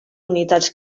unitats